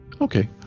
okay